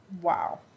Wow